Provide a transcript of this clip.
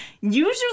Usually